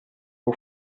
può